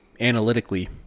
analytically